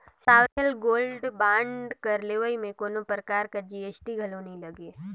sovereign gold bond कर लेवई में कोनो परकार कर जी.एस.टी घलो नी लगे